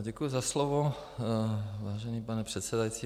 Děkuji za slovo, vážený pane předsedající.